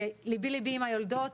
וליבי-ליבי עם היולדות.